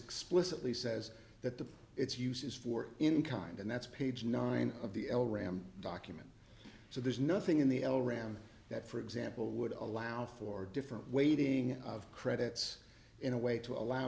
explicitly says that the it's use is for in kind and that's page nine of the el ram document so there's nothing in the l round that for example would allow for different weighting of credits in a way to allow